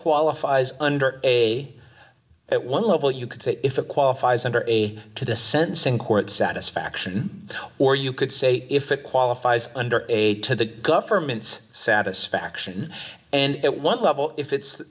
qualifies under a at one level you could say if it qualifies under way to the sentencing court satisfaction or you could say if it qualifies under eight to the government's satisfaction and at one level if it's